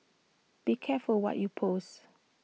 be careful what you post